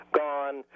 gone